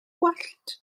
gwallt